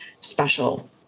special